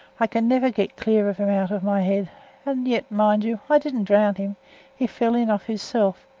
i can never get clear of him out of my head and yet, mind you, i didn't drown him he fell in of his self,